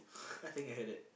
I think I heard that